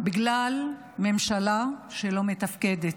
בגלל ממשלה שלא מתפקדת,